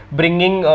bringing